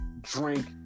drink